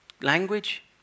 language